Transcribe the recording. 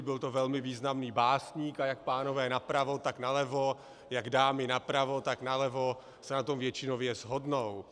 Byl to velmi významný básník a jak pánové napravo, tak nalevo, jak dámy napravo, tak nalevo se na tom většinově shodnou.